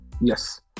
Yes